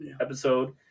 episode